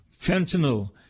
fentanyl